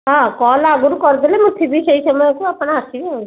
ହଁ କଲ୍ ଆଗରୁ କରିଦେଲେ ମୁଁ ଥିବି ସେହି ସମୟକୁ ଆପଣ ଆସିବେ ଆଉ